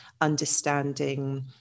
understanding